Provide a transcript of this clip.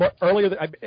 Earlier